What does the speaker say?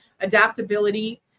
adaptability